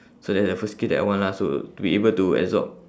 so that's the first skill that I want lah so to be able to absorb